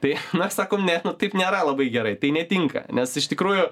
tai mes sakome ne taip nėra labai gerai tai netinka nes iš tikrųjų